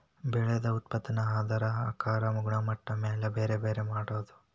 ಬೆಳದ ಉತ್ಪನ್ನಾನ ಅದರ ಆಕಾರಾ ಗುಣಮಟ್ಟದ ಮ್ಯಾಲ ಬ್ಯಾರೆ ಬ್ಯಾರೆ ಮಾಡುದು